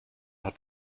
hat